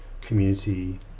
community